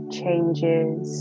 changes